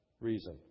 reason